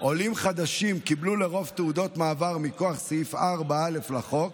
עולים חדשים קיבלו לרוב תעודות מעבר מכוח סעיף 4א לחוק,